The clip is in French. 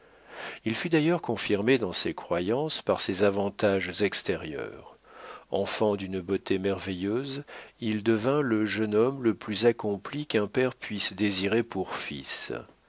il fut d'ailleurs confirmé dans ses croyances par ses avantages extérieurs enfant d'une beauté merveilleuse il devint le jeune homme le plus accompli qu'un père puisse désirer pour fils